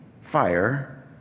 fire